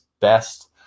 best